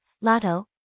Lotto